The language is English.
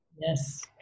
Yes